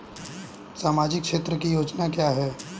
सामाजिक क्षेत्र की योजना क्या है?